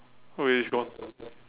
okay it's gone